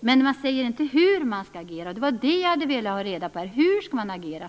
men man säger inte hur man skall agera, och det var det jag hade velat ha reda på här.